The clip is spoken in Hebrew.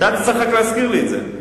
אתה תצטרך רק להזכיר לי את זה.